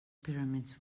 pyramids